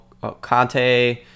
Conte